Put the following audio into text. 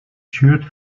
shirt